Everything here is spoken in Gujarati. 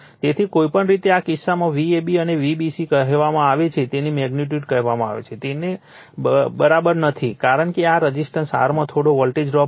તેથી કોઈપણ રીતે આ કિસ્સામાં Vab અથવા Vbc કહેવામાં આવે છે તેમની મેગ્નિટ્યુડ કહેવામાં આવે છે તેના બરાબર નથી કારણ કે આ રઝિસ્ટન્સ R માં થોડો વોલ્ટેજ ડ્રોપ હશે